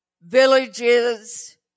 villages